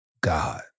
God